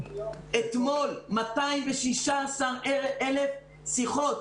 אתמול 216,000 שיחות.